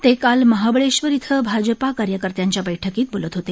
ते काल महाबळेश्वर इथं भाजपाकार्यकर्त्यांच्या बैठकीत बोलत होते